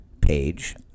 page